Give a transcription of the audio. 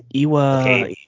Iwa